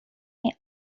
may